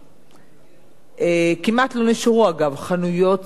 כמעט לא נשארו, אגב, חנויות ספרים פרטיות.